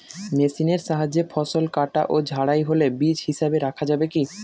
মেশিনের সাহায্যে ফসল কাটা ও ঝাড়াই হলে বীজ হিসাবে রাখা যাবে কি?